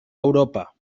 europa